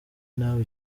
nawe